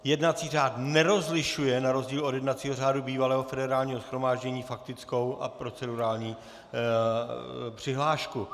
Jednací řád nerozlišuje, na rozdíl od jednacího řádu bývalého Federálního shromáždění, faktickou a procedurální přihlášku.